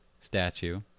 statue